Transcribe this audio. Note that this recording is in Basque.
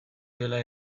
dela